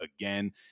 again